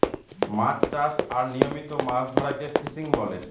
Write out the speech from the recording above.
মাছ চাষ আর নিয়মিত মাছ ধরাকে ফিসিং বলে